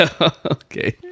Okay